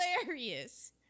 hilarious